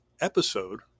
episode